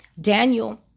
Daniel